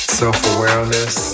self-awareness